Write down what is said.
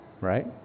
right